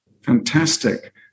fantastic